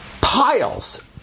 piles